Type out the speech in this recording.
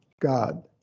God